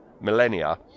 Millennia